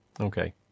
Okay